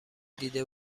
دیده